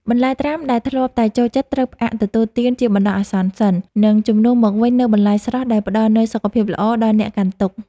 បន្លែត្រាំដែលធ្លាប់តែចូលចិត្តត្រូវផ្អាកទទួលទានជាបណ្ដោះអាសន្នសិន និង ជំនួសមកវិញនូវបន្លែស្រស់ដែលផ្តល់នូវសុខភាពល្អដល់អ្នកកាន់ទុក្ខ។